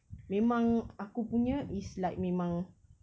memang aku punya is like memang